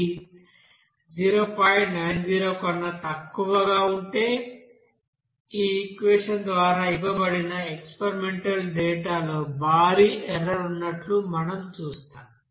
90 కన్నా తక్కువ ఉంటే ఈ ఈక్వెషన్ ద్వారా ఇవ్వబడిన ఎక్స్పెరిమెంటల్ డేటా లో భారీ ఎర్రర్ ఉన్నట్లు మనం చూస్తాము